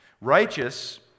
Righteous